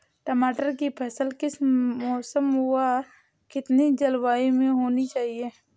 टमाटर की फसल किस मौसम व कितनी जलवायु में होनी चाहिए?